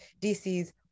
DC's